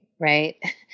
right